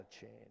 change